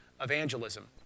evangelism